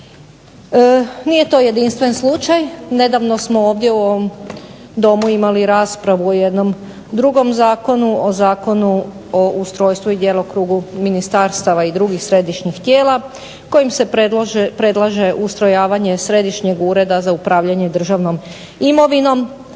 Nije to jedinstven slučaj. Nedavno smo ovdje u ovom Domu imali raspravu o jednom drugom zakonu, o Zakonu o ustrojstvu i djelokrugu ministarstava i drugih središnjih tijela kojim se predlaže ustrojavanje Središnjeg ureda za upravljanje državnom imovinom.